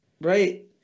Right